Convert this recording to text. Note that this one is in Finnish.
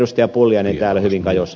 pulliainen täällä hyvin kajosi